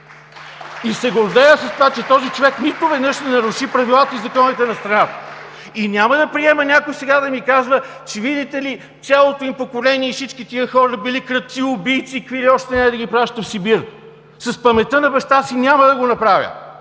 се с това, че този човек нито веднъж не наруши правилата и законите на страната! Няма да приема някой сега да ми казва, че видите ли, цялото поколение и всички тези хора били крадци, убийци и какви ли още не, и да ги праща в Сибир! В паметта на баща си няма да го направя!